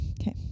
Okay